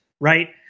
right